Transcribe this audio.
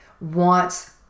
wants